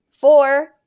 Four